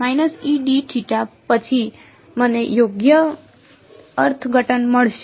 પછી મને યોગ્ય અર્થઘટન મળશે